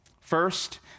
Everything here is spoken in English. first